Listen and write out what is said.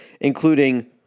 including